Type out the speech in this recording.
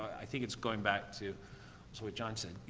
i think it's going back to is what john said, you